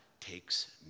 takes